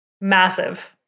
massive